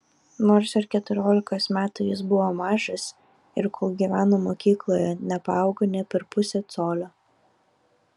nors ir keturiolikos metų jis buvo mažas ir kol gyveno mokykloje nepaaugo nė per pusę colio